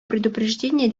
предупреждения